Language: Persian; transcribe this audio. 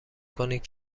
کنید